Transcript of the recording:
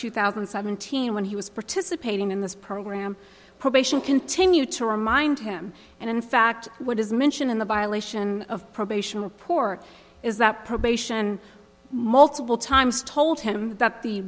two thousand and seventeen when he was participating in this program probation continue to remind him and in fact what is mentioned in the violation of probation report is that probation multiple times told him that the